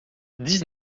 dix